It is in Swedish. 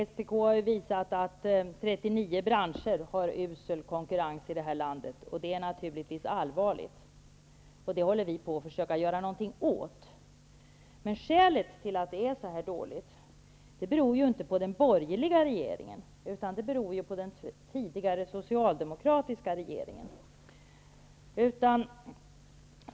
SPK har visat att 39 branscher har usel konkurrens i det här landet. Det är naturligtvis allvarligt, och det håller vi på att försöka göra något åt. Att det är så här dåligt beror inte på den borgerliga regeringen. Det beror på den tidigare socialdemokratiska regeringen.